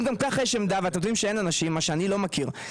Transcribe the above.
אם גם ככה יש עמדה ואין אנשים מה שאני לא מכיר,